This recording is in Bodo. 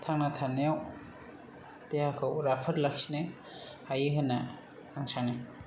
थांना थानायाव देहाखौ राफोद लाखिनो हायो होनना आं सानो